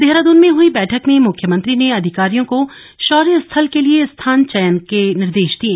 देहरादन में हुई बैठक में मुख्यमंत्री ने अधिकारियों को शौर्य स्थल के लिए स्थान चयन के निर्देश दिये